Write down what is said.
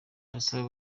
ndasaba